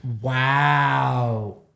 Wow